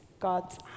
God's